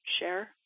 share